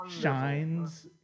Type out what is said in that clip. shines